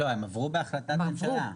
הן עברו בהחלטת ממשלה.